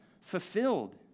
fulfilled